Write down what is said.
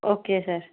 okay sir